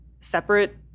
separate